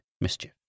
mischief